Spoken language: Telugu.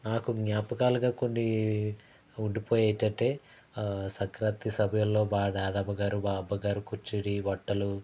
నాకు జ్ఞాపకాలుగా కొన్ని ఉండిపోయాయి ఏంటంటే సంక్రాంతి సమయంలో మా నానమ్మగారు మా అమ్మగారు కూర్చుని వంటలు